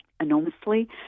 enormously